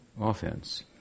offense